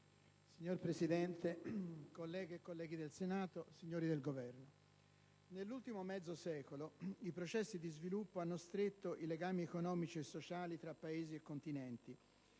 Signor Presidente, colleghe e colleghi del Senato, signori del Governo, nell'ultimo mezzo secolo i processi di sviluppo hanno stretto i legami economici e sociali tra Paesi e continenti,